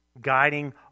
Guiding